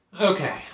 okay